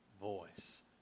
voice